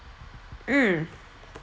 mm